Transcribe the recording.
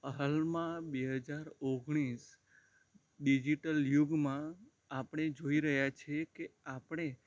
હાલમાં બે હજાર ઓગણીસ ડિજિટલ યુગમાં આપણે જોઈ રહ્યા છીએ કે આપણે